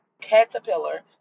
caterpillar